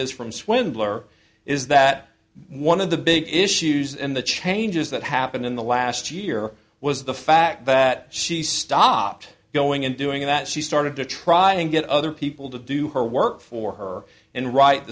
is from swindler is that one of the big issues and the changes that happened in the last year was the fact that she stopped going and doing that she started to try and get other people to do her work for her and write